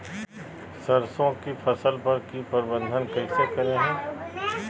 सरसों की फसल पर की प्रबंधन कैसे करें हैय?